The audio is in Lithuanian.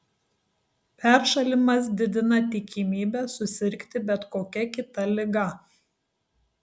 peršalimas didina tikimybę susirgti bet kokia kita liga